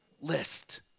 list